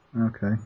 Okay